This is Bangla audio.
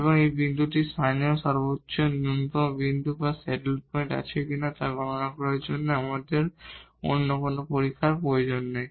এবং এই বিন্দুটির লোকাল মাক্সিমাম মিনিমাম বিন্দু বা স্যাডেল পয়েন্ট আছে কিনা তা গণনার জন্য আমাদের অন্য কোন পরীক্ষার প্রয়োজন নেই